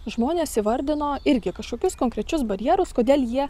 žmonės įvardino irgi kažkokius konkrečius barjerus kodėl jie